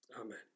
Amen